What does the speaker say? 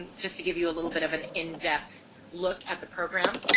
and just to give you a little bit of an in-depth look at the program.